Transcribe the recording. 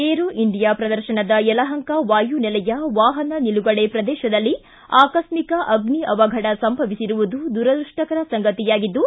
aero India ಪ್ರದರ್ಶನದ ಯಲಹಂಕ ವಾಯುನೆಲೆಯ ವಾಹನ ನಿಲುಗಡೆ ಪ್ರದೇಶದಲ್ಲಿ ಆಕಸ್ಸಿಕ ಅಗ್ನಿ ಅವಘಡ ಸಂಭವಿಸಿರುವುದು ದುರದೃಷ್ಟಕರ ಸಂಗತಿಯಾಗಿದ್ದು